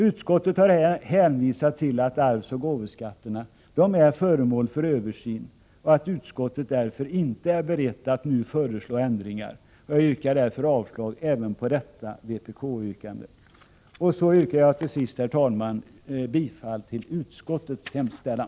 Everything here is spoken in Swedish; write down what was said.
Utskottet hänvisar till att arvsoch gåvoskatten är föremål för översyn och att utskottet därför inte är berett att nu föreslå ändringar. Jag yrkar avslag även på detta vpk-förslag. Till sist, herr talman, yrkar jag bifall till utskottets hemställan.